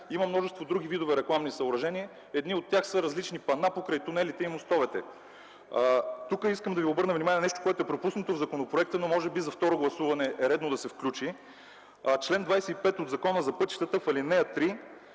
има множество други видове рекламни съоръжения. Едни от тях са различни пана покрай тунелите и мостовете. Искам да обърна внимание на нещо, което е пропуснато в законопроекта, но може би за второ гласуване е редно да се включи. В чл. 25, ал. 3 от Закона за пътищата са